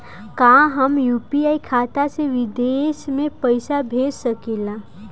का हम यू.पी.आई खाता से विदेश म पईसा भेज सकिला?